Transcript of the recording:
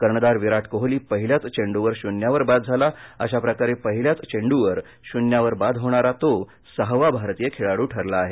कर्णधार विराट कोहली पहिल्याच चेंडूवर शून्यावर बाद झाला अशा प्रकारे पहिल्याच चेंडूवर शून्यावर बाद होणारा तो सहावा भारतीय खेळाडू ठरला आहे